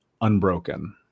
unbroken